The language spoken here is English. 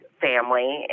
family